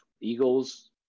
Eagles